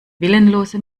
willenlose